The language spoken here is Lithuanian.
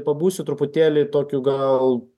pabūsiu truputėlį tokiu gal